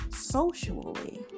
socially